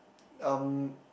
um